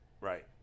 Right